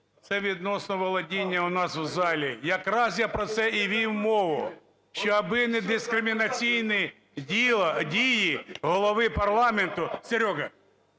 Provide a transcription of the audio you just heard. Це відносно володіння у нас в залі. Якраз я про це і вів мову, що аби не дискримінаційні дії Голови парламенту… Серега!